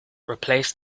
replace